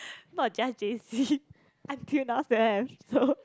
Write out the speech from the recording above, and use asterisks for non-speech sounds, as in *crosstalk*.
not just j_c *laughs* until now still have so